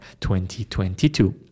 2022